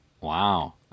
Wow